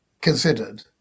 considered